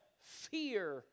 fear